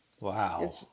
Wow